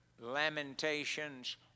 lamentations